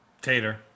Tater